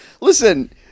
listen